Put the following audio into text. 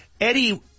Eddie